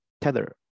Tether